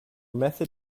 method